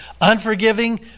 Unforgiving